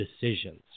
decisions